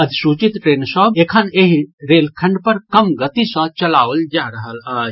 अधिसूचित ट्रेन सभ एखन एहि रेलखंड पर कम गति सँ चलाओल जा रहल अछि